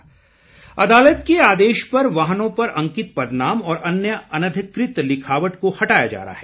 number plate अदालत के आदेश पर वाहनों पर अंकित पदनाम और अन्य अनाधिकृत लिखावट को हटाया जा रहा है